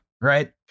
right